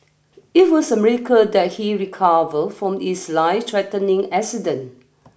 it was a miracle that he recover from his lifethreatening accident